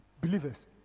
Believers